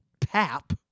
Pap